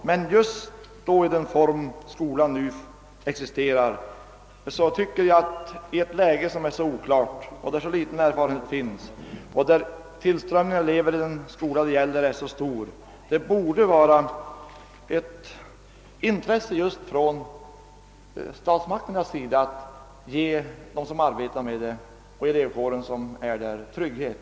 Med hänsyn till den form, vari skolan nu existerar, och till att så föga erfarenhet vunnits samt till den stora tillströmningen av elever till den skola det gäller tycker jag dock att det i nuvarande ovissa läge borde ligga i statsmakternas intresse att tänka på elevkåren och även se till att de som arbetar vid skolan kan beredas ökad trygghet.